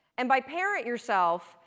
and by parent yourself,